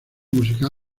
musical